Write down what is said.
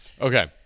Okay